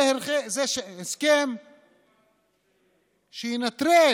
זה הסכם שינטרל